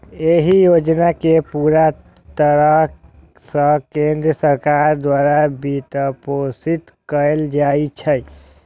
एहि योजना कें पूरा तरह सं केंद्र सरकार द्वारा वित्तपोषित कैल जाइ छै